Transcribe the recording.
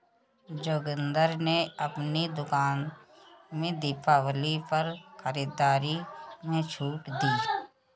जोगिंदर ने अपनी दुकान में दिवाली पर खरीदारी में छूट दी